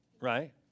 Right